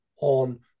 on